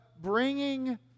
bringing